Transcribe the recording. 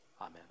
Amen